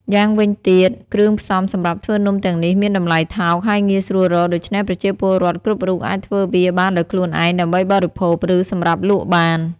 យ៉ាងវិញទៀតគ្រឿងផ្សំសម្រាប់ធ្វើនំទាំងនេះមានតម្លៃថោក ហើយងាយស្រួលរក ដូច្នេះប្រជាពលរដ្ឋគ្រប់រូបអាចធ្វើវាបានដោយខ្លួនឯងដើម្បីបរិភោគ ឬសម្រាប់លក់បាន។